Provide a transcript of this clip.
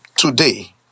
today